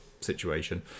situation